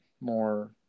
more